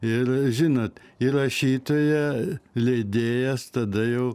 ir žinot ir rašytoja leidėjas tada jau